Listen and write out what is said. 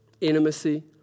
Intimacy